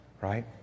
right